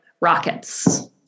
rockets